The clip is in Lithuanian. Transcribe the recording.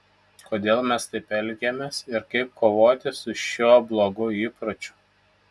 kodėl mes taip elgiamės ir kaip kovoti su šiuo blogu įpročiu